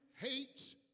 hates